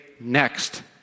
next